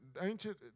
ancient